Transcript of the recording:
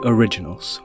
Originals।